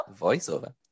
Voiceover